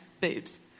boobs